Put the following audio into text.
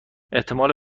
احتمال